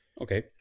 Okay